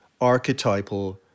archetypal